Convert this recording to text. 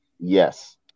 yes